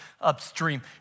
upstream